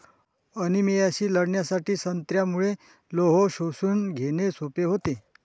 अनिमियाशी लढण्यासाठी संत्र्यामुळे लोह शोषून घेणे सोपे होते